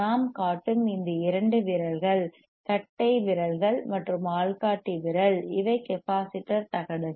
நான் காட்டும் இந்த இரண்டு விரல்கள் கட்டைவிரல் மற்றும் ஆள்காட்டி விரல் இவை கெப்பாசிட்டர் தகடுகள்